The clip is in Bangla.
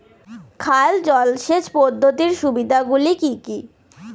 খাল জলসেচ পদ্ধতির সুবিধাগুলি কি কি?